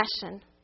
passion